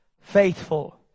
faithful